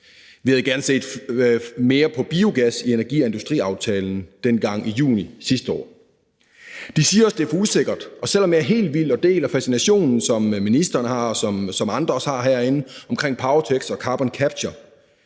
Vi havde gerne set mere på biogas i energi- og industriaftalen dengang i juni sidste år. De siger også, at det er for usikkert, og selv om jeg er helt vild med og deler fascinationen, som ministeren har, og som andre også har herinde, omkring power-to-x og carbon capture,